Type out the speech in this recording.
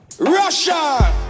RUSSIA